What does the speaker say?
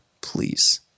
please